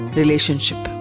relationship